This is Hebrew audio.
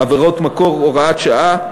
הוראת שעה),